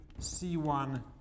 C1